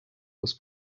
was